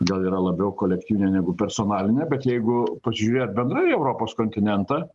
gal yra labiau kolektyvinė negu personalinė bet jeigu pasižiūrėt bendrai į europos kontinentą